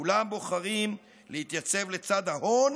כולם בוחרים להתייצב לצד ההון